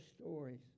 stories